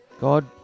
God